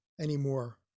anymore